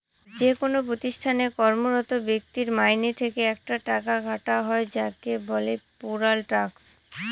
যেকোনো প্রতিষ্ঠানে কর্মরত ব্যক্তির মাইনে থেকে একটা টাকা কাটা হয় যাকে বলে পেরোল ট্যাক্স